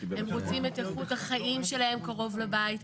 הם רוצים את איכות החיים שלהם קרוב לבית,